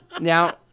Now